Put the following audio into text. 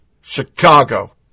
Chicago